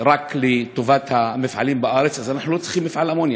לטובת המפעלים בארץ, אז אנחנו לא צריכים אמוניה.